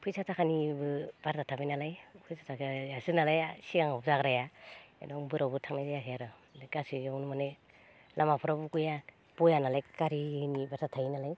फैसा थाखानिबो बाथ्रा थाबायनालाय फैसा थाखायासोनालाय सिगाङाव जाग्राया फायनों बोरावबो थांनाय जायाखै आर' गासैयावनो माने लामाफोरावबो बया बयानालाय गारिनि बाथ्राबो थायोनालाय